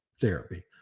therapy